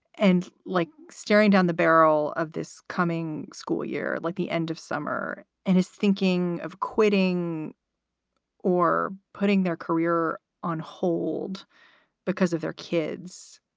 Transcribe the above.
and like staring down the barrel of this coming school year, like the end of summer and is thinking of quitting or putting their career on hold because of their kids.